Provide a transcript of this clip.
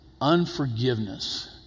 Unforgiveness